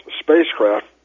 spacecraft